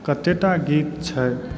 कतेटा गीत छै